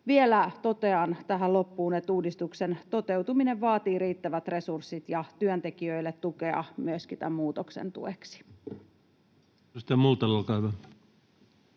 Vielä totean tähän loppuun, että uudistuksen toteutuminen vaatii riittävät resurssit ja työntekijöille tukea myöskin tämän muutoksen tueksi. [Speech